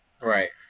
Right